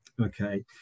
okay